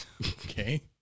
okay